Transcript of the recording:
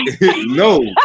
No